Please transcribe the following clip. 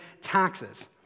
taxes